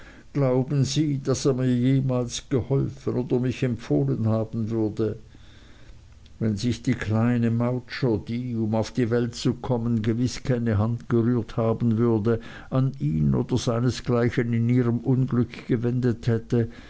glauben sie daß er mir jemals geholfen oder mich empfohlen haben würde wenn sich die kleine mowcher die um auf die welt zu kommen gewiß keine hand gerührt haben würde an ihn oder seinesgleichen in ihrem unglück gewendet hätte